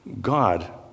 God